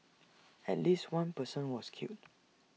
at least one person was killed